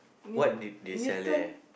what did they sell there